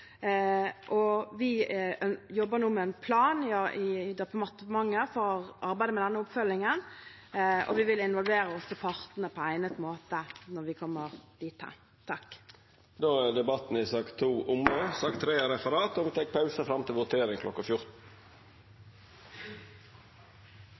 Vi jobber nå i departementet med en plan for arbeidet med denne oppfølgningen, og vi vil også involvere partene på egnet måte når vi kommer dit hen. Debatten i sak nr. 2 er omme.